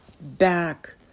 back